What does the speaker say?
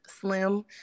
slim